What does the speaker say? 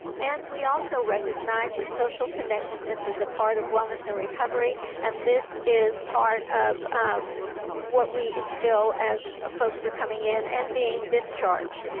and we also recognize the social connectedness is a part of wellness and recovery and this is part of what we instill as ah folks are coming in and being discharged.